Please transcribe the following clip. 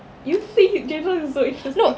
you think james charles is so interesting